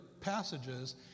passages